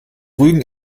rügen